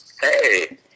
Hey